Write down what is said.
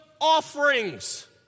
offerings